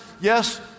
yes